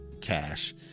cash